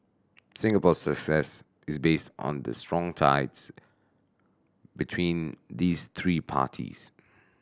Singapore's success is based on the strong ties between these three parties